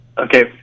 Okay